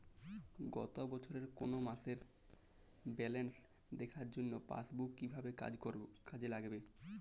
গত বছরের কোনো মাসের ব্যালেন্স দেখার জন্য পাসবুক কীভাবে কাজে লাগাব?